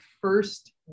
first